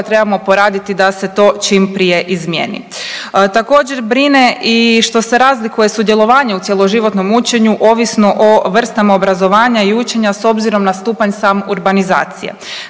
moramo poraditi da se to čim prije izmijeni. Također brine i što se razlikuje sudjelovanje u cjeloživotnom učenju ovisno o vrstama obrazovanja i učenja s obzirom na stupanj sam urbanizacije.